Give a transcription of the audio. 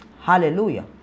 Hallelujah